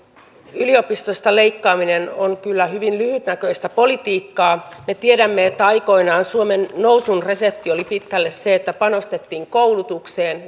yliopistosta leikkaaminen on kyllä hyvin lyhytnäköistä politiikkaa me tiedämme että aikoinaan suomen nousun resepti oli pitkälle se että panostettiin koulutukseen